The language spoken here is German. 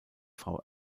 frau